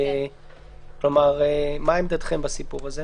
מה עמדתכם בסיפור הזה?